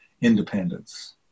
independence